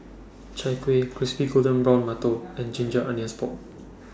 Chai Kueh Crispy Golden Brown mantou and Ginger Onions Pork